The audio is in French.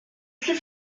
suis